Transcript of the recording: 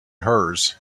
hers